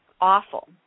awful